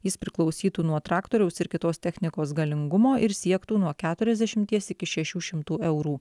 jis priklausytų nuo traktoriaus ir kitos technikos galingumo ir siektų nuo keturiasdešimties iki šešių šimtų eurų